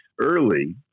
early